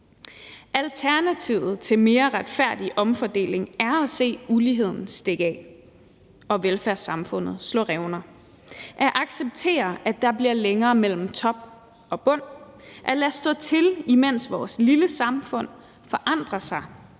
Alternativet til en mere retfærdig omfordeling er at se uligheden stikke af og velfærdssamfundet slå revner, at acceptere, at der bliver længere mellem top og bund, at lade stå til, imens vores lille samfund forandrer sig